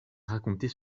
raconter